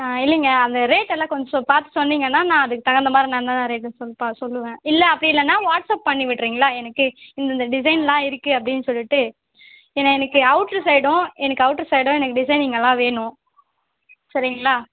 ஆ இல்லைங்க அந்த ரேட்டெல்லாம் கொஞ்சம் பார்த்து சொன்னீங்கன்னால் நான் அதுக்கு தகுந்தமாதிரி நான் என்னென்ன ரேட்டுன்னு சொல் ப சொல்லுவேன் இல்லை அப்படி இல்லைன்னா வாட்ஸ்அப் பண்ணி விட்டுறீங்களா எனக்கு இந்தந்த டிசைனெல்லாம் இருக்குது அப்படின்னு சொல்லிட்டு ஏன்னால் எனக்கு அவுட்ரு சைடும் எனக்கு அவுட்ரு சைடும் எனக்கு டிசைனிங்கெல்லாம் வேணும் சரிங்களா